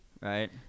Right